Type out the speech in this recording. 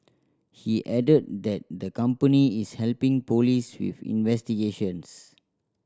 he added that the company is helping police with investigations